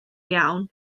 iawn